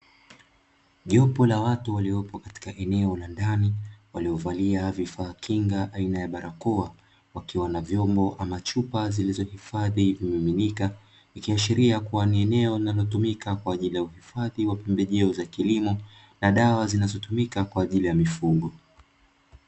Jopo la watu waliopo katika eneo la ndani, waliovalia vifaa kinga aina ya barakoa wakiwa na vyombo ama chupa zilizohifadhi vimiminika. Ikiashiria kuwa ni eneo linalotumika kwa ajili ya uhifadhi wa pembejeo za kilimo na dawa zinazotumika kwa ajili ya mifugo.